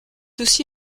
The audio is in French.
aussi